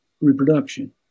reproduction